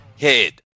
head